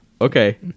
Okay